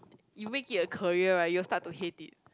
you make it a career right you'll start to hate it